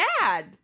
dad